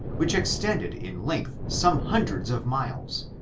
which extended in length some hundreds of miles,